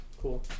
Cool